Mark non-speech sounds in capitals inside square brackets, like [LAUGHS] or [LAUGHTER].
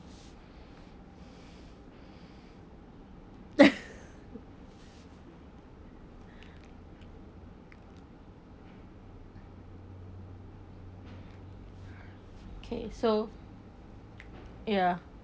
[LAUGHS] okay so ya